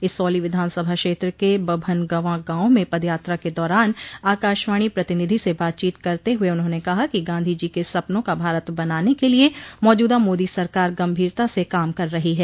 इसौली विधानसभा क्षेत्र के बभनगवां गांव में पद यात्रा क दौरान आकाशवाणी प्रतिनिधि से बातचीत करते हुए उन्होंने कहा कि गांधी जी के सपनों का भारत बनाने के लिये मौजूदा मोदी सरकार गंभीरता से काम कर रही है